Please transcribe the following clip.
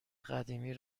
قدیمی